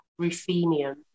ruthenium